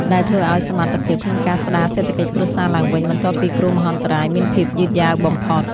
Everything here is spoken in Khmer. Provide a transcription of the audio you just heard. ដែលធ្វើឱ្យសមត្ថភាពក្នុងការស្តារសេដ្ឋកិច្ចគ្រួសារឡើងវិញបន្ទាប់ពីគ្រោះមហន្តរាយមានភាពយឺតយ៉ាវបំផុត។